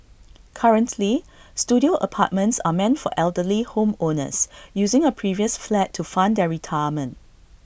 currently Studio apartments are meant for elderly home owners using A previous flat to fund their retirement